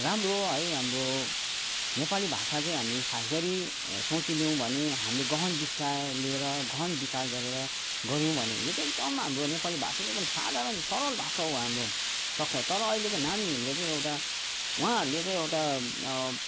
राम्रो है हाम्रो नेपाली भाषा चाहिँ हामी खासगरी सोचिलियौँ भने हामीले गहन विषय लिएर गहन विचार गरेर गऱ्यौँ भने यो चाहिँ एकदम हाम्रो नेपाली भाषा चाहिँ एकदम साधारण सरल भाषा हो हाम्रो सक्छ तर अहिलेको नानीहरूले चाहिँ एउटा उहाँहरूले चाहिँ एउटा